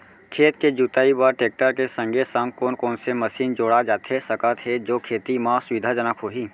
खेत के जुताई बर टेकटर के संगे संग कोन कोन से मशीन जोड़ा जाथे सकत हे जो खेती म सुविधाजनक होही?